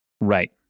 Right